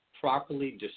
properly